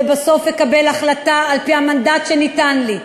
ובסוף אקבל החלטה על-פי המנדט שניתן לי,